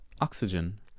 Oxygen